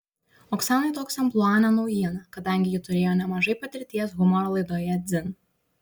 oksanai toks amplua ne naujiena kadangi ji turėjo nemažai patirties humoro laidoje dzin